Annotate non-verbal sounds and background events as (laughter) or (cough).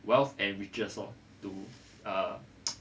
wealth and riches loh to uh (noise)